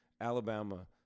Alabama